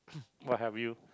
what have you